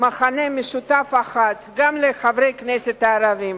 מכנה משותף אחד, גם לחברי הכנסת הערבים,